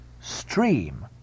stream